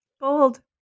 Bold